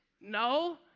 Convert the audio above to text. No